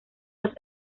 dos